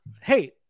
hey